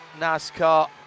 NASCAR